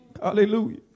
Hallelujah